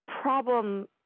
problem